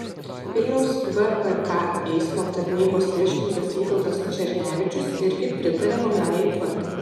vilniaus vpk eismo tarnybos viršininkas vytautas černevičius irgi pritaria naujajai tvarkai